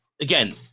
again